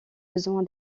besoin